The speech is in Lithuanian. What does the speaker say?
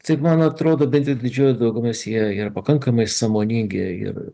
taip man atrodo bent jau didžioji dauguma sieja ir pakankamai sąmoningi ir